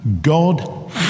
God